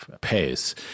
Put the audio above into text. pace